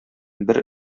бер